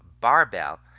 Barbell